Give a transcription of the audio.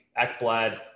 Ekblad